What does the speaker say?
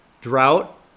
Drought